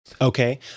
Okay